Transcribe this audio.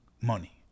money